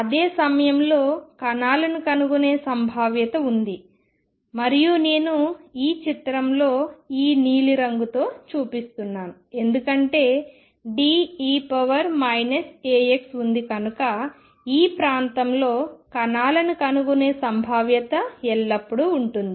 అదే సమయంలో కణాలను కనుగొనే సంభావ్యత ఉంది మరియు నేను ఈ చిత్రంలో ఈ నీలి రంగుతో చూపిస్తున్నాను ఎందుకంటే De αx ఉంది కనుక ఈ ప్రాంతంలో కణాలని కనుగొనే సంభావ్యత ఎల్లప్పుడూ ఉంటుంది